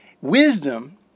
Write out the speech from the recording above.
wisdom